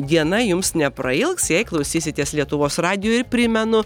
diena jums neprailgs jei klausysitės lietuvos radijo ir primenu